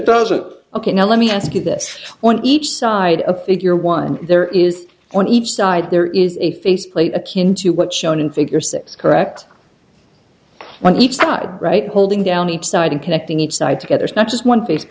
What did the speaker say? doesn't ok now let me ask you this one each side of figure one there is on each side there is a face plate akin to what shown in figure six correct on each side right holding down each side and connecting each side together not just one face